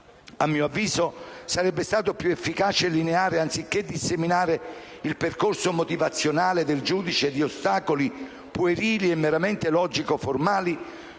a mio avviso, sarebbe stato più efficace e lineare, anziché disseminare il percorso motivazionale del giudice di ostacoli puerili e meramente logico‑formali,